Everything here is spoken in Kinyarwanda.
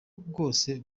bwose